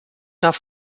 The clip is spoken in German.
nach